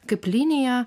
kaip linija